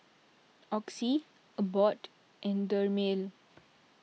Oxy Abbott and Dermale